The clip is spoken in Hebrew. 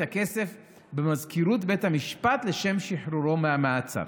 הכסף במזכירות בית המשפט לשם שחרורו מהמעצר.